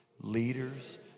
Leaders